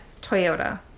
Toyota